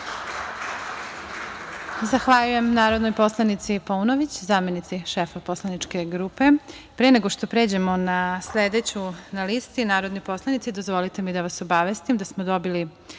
Zahvaljujem narodnoj poslanici Paunović, zamenici šefa poslaničke grupe. Pre nego što pređemo na sledeću na listi, narodni poslanici, dozvolite mi da vas obavestim da smo dobili